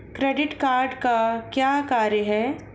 Credit card का क्या कार्य है?